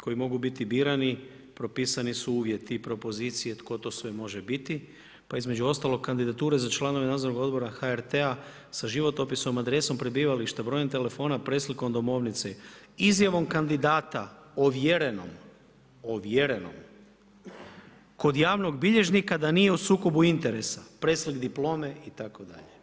koji mogu biti birani propisani su uvjeti i propozicije tko to sve može biti, pa između ostalog kandidature za članove Nadzornog odbora HRT-a sa životopisom, adresom prebivališta, brojem telefona, preslikom domovnice, izjavom kandidata ovjerenom, ovjerenom kod javnog bilježnika da nije u sukobu interesa, preslik diplome itd.